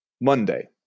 Monday